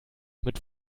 mit